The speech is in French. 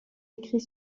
écrits